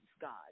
God